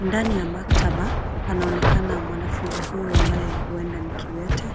Ndani ya maktaba, panaonekana mwanafunzi huyu ambaye huenda ni kiwete,